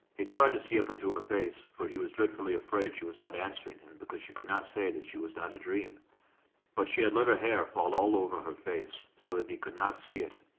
he tried to see up into her face, for he was dreadfully afraid she was not answering him because she could not say that she was not a dream but she had let her hair fall all over her face so that he could not see it.